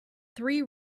three